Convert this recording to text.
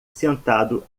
sentado